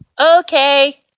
Okay